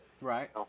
Right